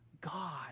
God